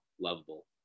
lovable